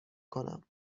کنم